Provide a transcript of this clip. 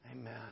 Amen